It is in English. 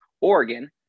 Oregon